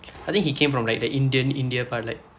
I think he came from like the indian India part